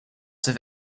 have